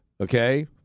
Okay